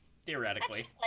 Theoretically